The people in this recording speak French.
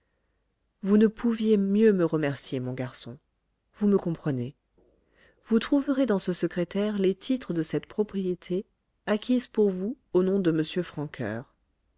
vous ne pouviez mieux me remercier mon garçon vous me comprenez vous trouverez dans ce secrétaire les titres de cette propriété acquise pour vous au nom de m francoeur